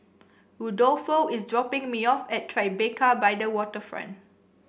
Rudolfo is dropping me off at Tribeca by the Waterfront